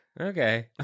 Okay